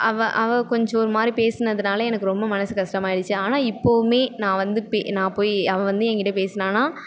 அவள் அவள் கொஞ்சம் ஒருமாதிரி பேசினதுனால எனக்கு ரொம்ப மனசு கஷ்டமாயிடுச்சி ஆனால் இப்போவுமே நான் வந்து பெ நான் போய் அவள் வந்து எங்கிட்ட பேசினான்னா